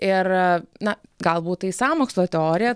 ir na galbūt tai sąmokslo teorija